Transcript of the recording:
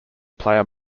player